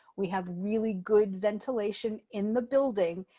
we have really good ventilation in the building,